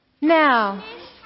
now